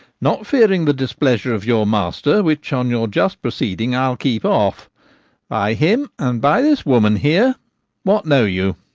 not fearing the displeasure of your master, which, on your just proceeding, i'll keep off by him and by this woman here what know you?